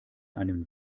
einen